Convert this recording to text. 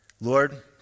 Lord